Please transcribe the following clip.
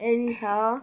Anyhow